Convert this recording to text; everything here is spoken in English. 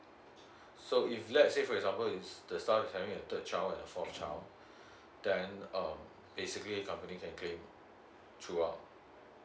so if let's say for example is the staff is having the third child and the fourth child then um basically company can claim true ah